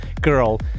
girl